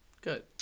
Good